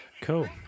Cool